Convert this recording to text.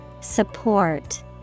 Support